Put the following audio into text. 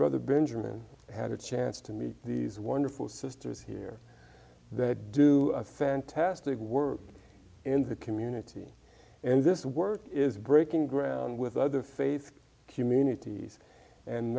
brother benjamin had a chance to meet these wonderful sisters here that do fantastic work in the community and this work is breaking ground with other faith communities and